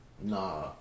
Nah